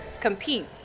compete